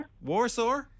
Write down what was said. Warsaw